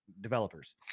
developers